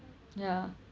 ya